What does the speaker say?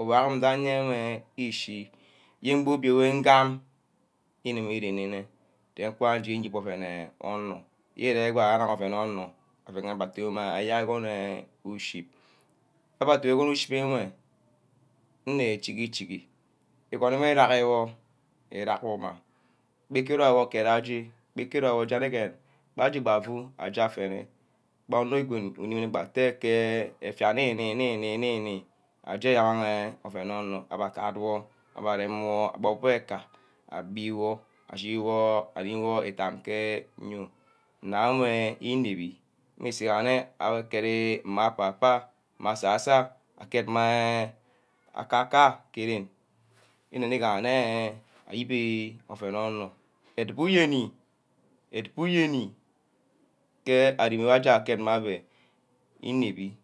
ouen anim ndiagha eyen echi yen geh obio weh ngam yene wor irene-ne. Jen nkwa nje n̄yip ouen onkr irebah arong ouen ouen, iui rem bah abbeh ayai igon eh uchip, abbeh dumeh igoneh uship ewe, nni chigi- chigi. Efon ewe inebbi, imang eyerk agon, imang en imap wor, eyerk egwon idaggi wor isan ma, nga rem, iku chigi ere, mmeh ouen wor apapa agim, ama-magim ador nne. ama mam uku do ney gba nne eh iuen shiga nnuma mangi inep, ke nsunor eje-je mmang wor eke je gaje enwe yeneh nshi etu enwe onor mmu nimah, nkumeh inep-ineo, ke nsurnor eje-je mnang meh ele-jeni enwe, yene nshi etu enwe mma gba nji gbob ouen ke edunk, nshini tu ouen ebwe mmu nimeh nkumeh nagha ke ntack gbageh abbeh nagah ouen enwe mmeh ouen ador atte ajimana ouen unor, amang meh ouen onor. aua attene wor onor uship, eyerk engwon wu inagi wor, mma awor inebbi, mmang gba areme ichi bah osusor mma mbiagam, agam mbia amang afu afu ngeh abbeh aseh ama agwe, igaha nne arear inuck mmeh abbeh, anuck mmeh abbeh, mmeh akeb-beh ngaha anuck utu yorga igaha nne ouen onor wi romi, ayeni mma onor ouen wehh irome ke. ntagha onor igahe nne anor uai uyene ari geh jeni ikuba inep deneh